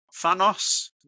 Thanos